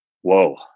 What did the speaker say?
Whoa